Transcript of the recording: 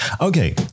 Okay